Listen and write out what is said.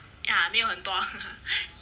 ya 没有很多 ah